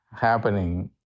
happening